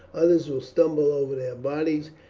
others will stumble over their bodies,